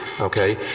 okay